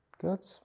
Good